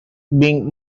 being